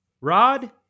Rod